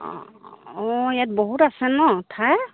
অঁ অঁ ইয়াত বহুত আছে ন ঠাই